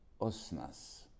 Osnas